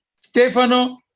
Stefano